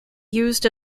used